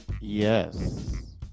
yes